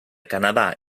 canadà